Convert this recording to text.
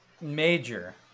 major